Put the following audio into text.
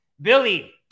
Billy